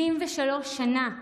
73 שנה,